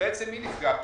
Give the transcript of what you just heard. בעצם מי נפגע כאן?